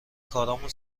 کارامون